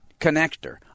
connector